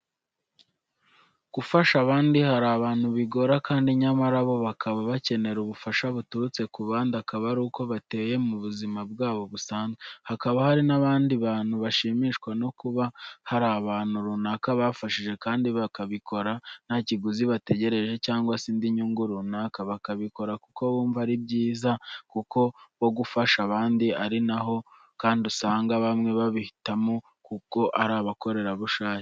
Gufasha abandi hari abantu bigora kandi nyamara bo bakaba bakenera ubufasha buturutse ku bandi akaba aruko bateye mu buzima bwabo busanzwe. Hakaba hari n'abandi bantu bashimishwa no kuba hari abantu runaka bafashije kandi bakabikora nta kiguzi bategereje cyangwa se indi nyungu runaka bakabikora kuko bumva ari byo byiza kuri bo gufasha abandi ari na'ho kandi usanga bamwe bahitamo kuba abakorerabushake.